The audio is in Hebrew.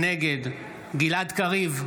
נגד גלעד קריב,